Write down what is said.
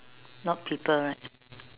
not people right